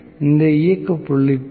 இதன் இயக்க புள்ளி P